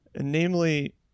Namely